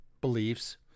beliefs